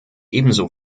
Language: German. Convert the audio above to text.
ebenso